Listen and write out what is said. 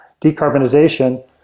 decarbonization